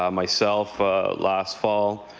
um myself ah last fall.